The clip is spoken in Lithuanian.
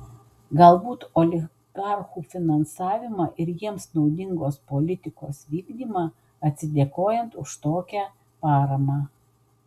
galbūt oligarchų finansavimą ir jiems naudingos politikos vykdymą atsidėkojant už tokią paramą